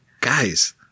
guys